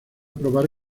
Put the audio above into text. probar